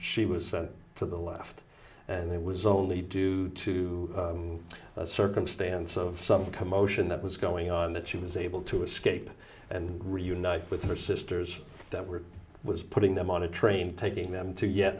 she was sent to the left and it was only due to circumstance of some commotion that was going on that she was able to escape and reunite with her sisters that were was putting them on a train taking them to yet